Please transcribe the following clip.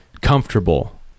comfortable